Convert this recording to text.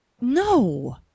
No